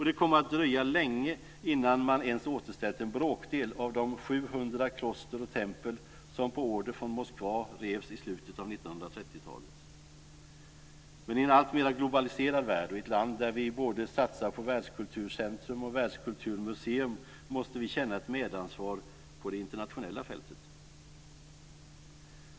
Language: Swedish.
Det kommer att dröja länge innan man ens återställt en bråkdel av de 700 kloster och tempel som på order från Moskva revs i slutet av 1930-talet. Men i en alltmera globaliserad värld, och i ett land där vi satsar på både världskulturcentrum och världskulturmuseum, måste vi känna ett medansvar på det internationella fältet.